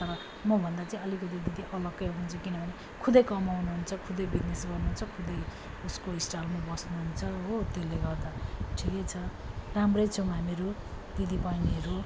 तर म भन्दा चाहिँ दिदी अलिकति अलग्गै हुनु हुन्छ किन भने खुदै कमाउनु हुन्छ खुदै बिजनेस गर्नु हुन्छ खुदै उसको स्टलमा बस्नु हुन्छ हो त्यसले गर्दा ठिकै छ राम्रै छौँ हामीहरू दिदी बहिनीहरू